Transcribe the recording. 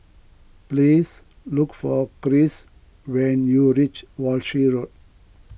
please look for Krish when you reach Walshe Road